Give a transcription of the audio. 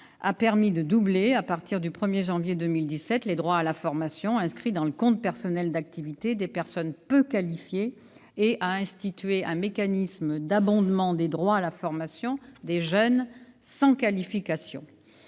a permis de doubler, à partir du 1 janvier 2017, les droits à la formation inscrits dans le compte personnel d'activité des personnes peu qualifiées et a institué un mécanisme d'abondement des droits à la formation pour les jeunes sans qualification.